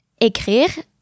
Écrire